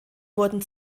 wurden